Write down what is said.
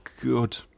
Good